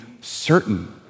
certain